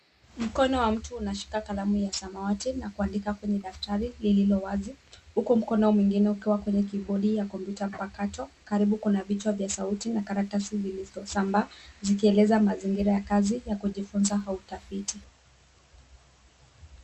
Mkono wa mtu unashika kalamu ya samawati na kuandika kwenye daftari lililo wazi huku mkono mwingine ukiwa kwenye kibodi ya kompyuta mpakato. Karibu kuna vichwa vya sauti na karatasi zilizosambaa zikieleza mazingira ya kazi ya kujifunza au utafiti.